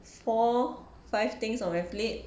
four five things on my plate